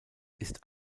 ist